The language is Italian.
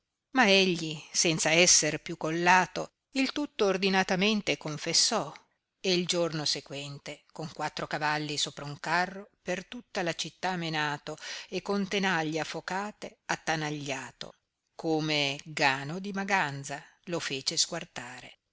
ma egli senza essere più collato il tutto ordinatamente confessò e il giorno sequente con quattro cavalli sopra un carro per tutta la città menato e con tenaglie affocate attanagliato come gano di maganza lo fece squartare